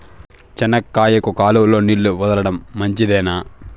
చెనక్కాయకు కాలువలో నీళ్లు వదలడం మంచిదేనా?